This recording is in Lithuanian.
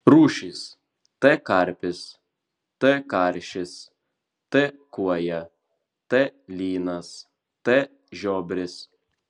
rūšys t karpis t karšis t kuoja t lynas t žiobris